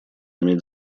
иметь